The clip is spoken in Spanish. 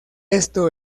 esto